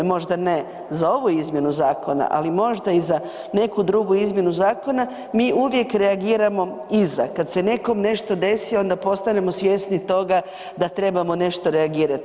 Možda ne za ovu izmjenu zakona, ali možda i za neku drugu izmjenu zakona mi uvijek reagiramo iza, kad se nekom nešto desi onda postanemo svjesni toga da trebamo nešto reagirati.